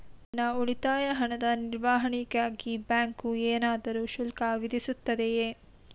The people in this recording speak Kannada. ನನ್ನ ಉಳಿತಾಯ ಹಣದ ನಿರ್ವಹಣೆಗಾಗಿ ಬ್ಯಾಂಕು ಏನಾದರೂ ಶುಲ್ಕ ವಿಧಿಸುತ್ತದೆಯೇ?